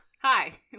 hi